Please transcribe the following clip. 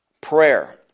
prayer